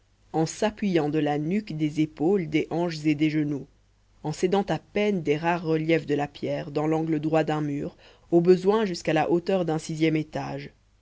en s'appuyant de la nuque des épaules des hanches et des genoux en s'aidant à peine des rares reliefs de la pierre dans l'angle droit d'un mur au besoin jusqu'à la hauteur d'un sixième étage